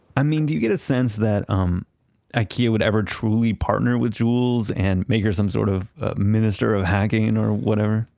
i mean, do you get a sense that um ikea would ever truly partner with jules and make her some sort of minister of hacking or whatever?